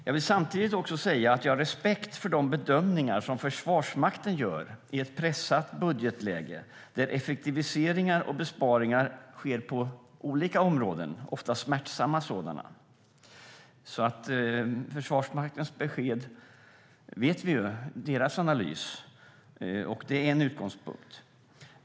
Jag vill samtidigt säga att jag har respekt för de bedömningar Försvarsmakten gör i ett pressat budgetläge där effektiviseringar och besparingar - ofta smärtsamma sådana - sker på olika områden. Försvarsmaktens besked och analys vet vi ju, och det är en utgångspunkt.